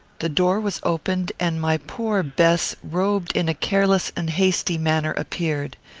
the door was opened, and my poor bess, robed in a careless and hasty manner, appeared.